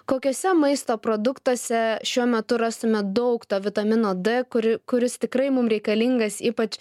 kokiuose maisto produktuose šiuo metu rastume daug to vitamino d kur kuris tikrai mum reikalingas ypač